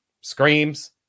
screams